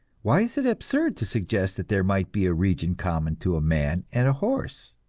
why is it absurd to suggest that there might be a region common to a man and a horse?